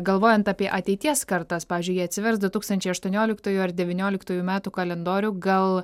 galvojant apie ateities kartas pavyzdžiui jį atsivers du tūkstančiai aštuonioliktųjų ar devynioliktųjų metų kalendorių gal